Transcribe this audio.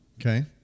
okay